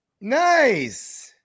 Nice